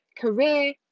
career